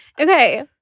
Okay